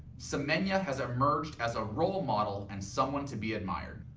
semenya has emerged as a role model and someone to be admired.